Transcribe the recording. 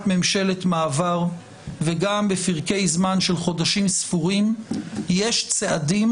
ממשלת מעבר וגם בפרקי זמן של חודשים ספורים יש צעדים